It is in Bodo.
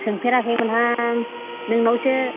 सोंफेराखैमोनहां नोंनावसो